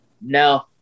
No